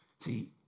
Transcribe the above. See